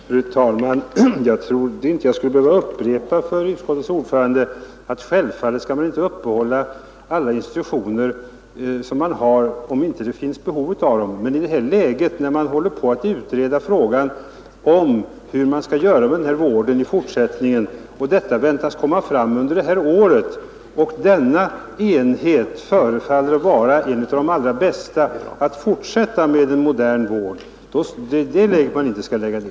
Fru talman! Jag trodde inte att jag skulle behöva upprepa för utskottets ordförande att vi självfallet inte skall uppehålla alla institutioner man har om det inte finns behov av dem. Man skall dock inte lägga ner dessa skolor i ett läge när man håller på att utreda frågan om hur man skall göra med denna vård i fortsättningen — och det väntas komma ett förslag under detta år — och när den nu aktuella enheten förefaller vara den bästa och modernaste.